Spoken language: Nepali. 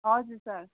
हजुर सर